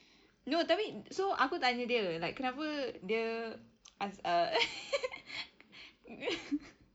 no tapi so aku tanya dia like kenapa dia as~ err